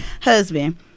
husband